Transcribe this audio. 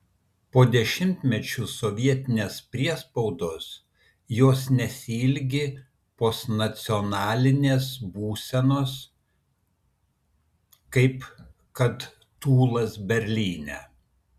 po dešimtmečių sovietinės priespaudos jos nesiilgi postnacionalinės būsenos kaip kad tūlas berlyne